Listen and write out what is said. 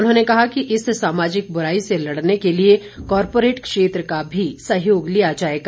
उन्होंने कहा कि इस सामाजिक बुराई से लड़ने के लिए कॉर्पोरेट क्षेत्र का भी सहयोग लिया जाएगा